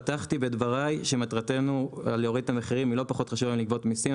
פתחתי בדבריי שמטרתנו להורדת המחירים לא פחות חשובה מלגבות מיסים,